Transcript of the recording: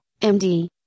MD